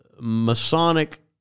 Masonic